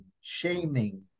shaming